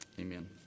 amen